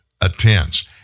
attends